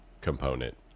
component